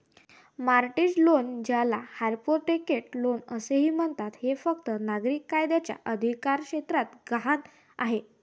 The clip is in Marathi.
मॉर्टगेज लोन, ज्याला हायपोथेकेट लोन असेही म्हणतात, हे फक्त नागरी कायद्याच्या अधिकारक्षेत्रात गहाण आहे